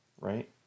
Right